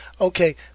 Okay